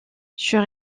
sur